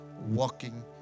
walking